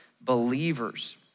believers